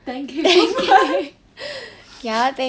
ten K per month